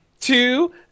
two